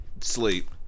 Sleep